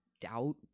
doubt